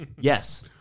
Yes